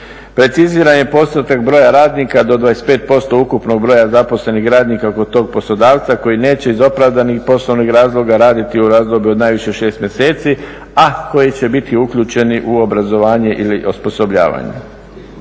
Preciziran je postotak broja radnika do 25% ukupnog broja zaposlenih radnika kod tog poslodavca koji neće iz opravdanih poslovnih razloga raditi u razdoblju od najviše 6 mjeseci, a koji će biti uključeni u obrazovanje ili osposobljavanje.